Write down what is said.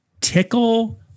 tickle